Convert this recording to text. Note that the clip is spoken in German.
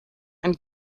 einen